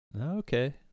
okay